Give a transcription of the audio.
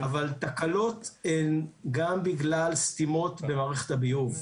אבל תקלות הן גם בגלל סתימות במערכת הביוב.